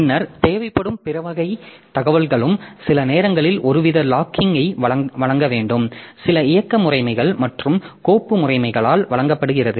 பின்னர் தேவைப்படும் பிற வகை தகவல்களும் சில நேரங்களில் ஒருவித லாக்கிங்ஐ வழங்க வேண்டும் சில இயக்க முறைமைகள் மற்றும் கோப்பு முறைமைகளால் வழங்கப்படுகிறது